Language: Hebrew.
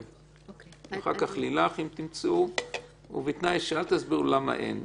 לאיה ואחר כך ללילך ובתנאי שלא תסבירו למה אין.